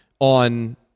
on